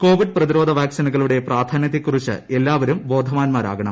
Covid പ്രതിരോധ വാക്സിനുകളുടെ പ്രാധാന്യ ത്തെക്കുറിച്ച് എല്ലാവരും ബോധവാന്മാരാകണം